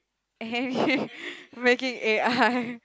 freaking A_I